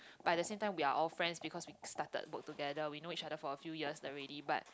but at the same time we are all friends because we started work together we know each other for a few years already but